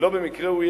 ולא במקרה הוא.